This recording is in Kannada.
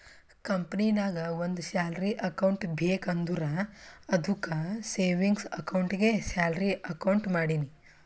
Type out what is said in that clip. ಕಂಪನಿನಾಗ್ ಒಂದ್ ಸ್ಯಾಲರಿ ಅಕೌಂಟ್ ಬೇಕ್ ಅಂದುರ್ ಅದ್ದುಕ್ ಸೇವಿಂಗ್ಸ್ ಅಕೌಂಟ್ಗೆ ಸ್ಯಾಲರಿ ಅಕೌಂಟ್ ಮಾಡಿನಿ